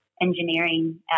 engineering